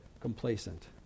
complacent